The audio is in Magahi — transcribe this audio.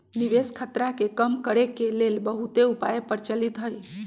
निवेश खतरा के कम करेके के लेल बहुते उपाय प्रचलित हइ